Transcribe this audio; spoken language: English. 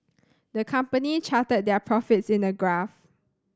the company charted their profits in a graph